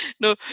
No